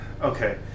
okay